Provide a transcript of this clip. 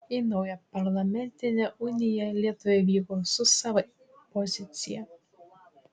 į naują parlamentinę uniją lietuviai vyko su sava pozicija